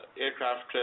aircraft